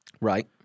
Right